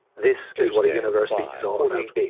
this is what university is all about.